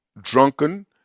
drunken